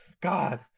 god